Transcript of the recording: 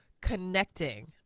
connecting